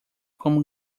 como